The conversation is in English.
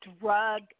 drug